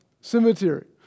cemetery